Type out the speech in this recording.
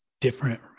different